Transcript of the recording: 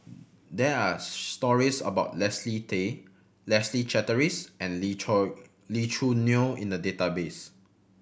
there are stories about Leslie Tay Leslie Charteris and Lee Lee Choo Neo in the database